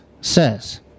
says